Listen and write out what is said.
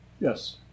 Yes